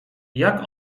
jak